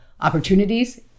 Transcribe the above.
opportunities